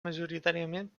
majoritàriament